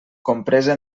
compresa